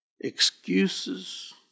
Excuses